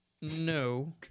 No